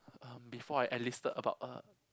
um before I enlisted about uh